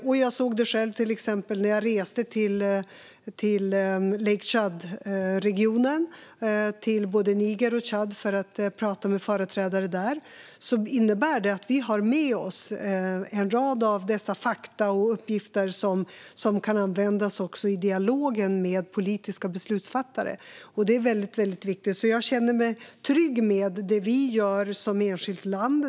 Jag såg det också själv, till exempel när jag reste till Lake Chad-regionen - till både Niger och Tchad - för att prata med företrädare där. Vi har med oss en rad fakta och uppgifter som kan användas i dialogen med politiska beslutsfattare. Det är väldigt viktigt. Jag känner mig alltså trygg med det vi gör som enskilt land.